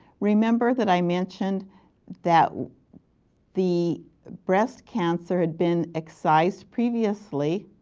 remember that i mentioned that the breast cancer had been excised previously